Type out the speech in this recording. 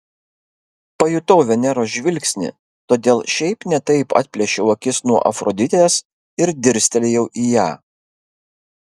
pajutau veneros žvilgsnį todėl šiaip ne taip atplėšiau akis nuo afroditės ir dirstelėjau į ją